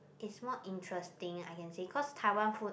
is more interesting I can say cause Taiwan food